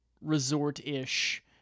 resort-ish